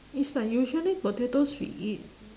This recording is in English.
it's like usually potatoes we eat